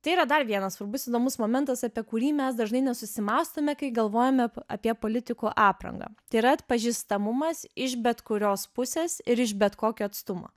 tai yra dar vienas svarbus įdomus momentas apie kurį mes dažnai nesusimąstome kai galvojame apie politikų aprangą tai yra atpažįstamumas iš bet kurios pusės ir iš bet kokio atstumo